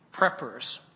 preppers